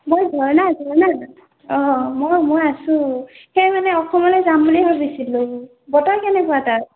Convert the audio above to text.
মই ঘৰলৈ আহিছো জানা হয় মই আছো সেই মানে অসমলৈ যাম বুলি ভাবিছিলোঁ বতৰ কেনেকুৱা তাত